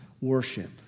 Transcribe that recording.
worship